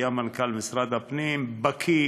הוא היה מנכ"ל משרד הפנים, בקי